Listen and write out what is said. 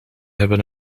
hebben